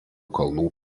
kalnų